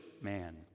man